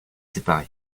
séparé